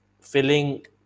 filling